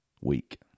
week